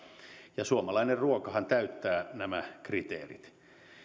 ja suomalainen ruokahan täyttää nämä kriteerit